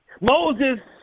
Moses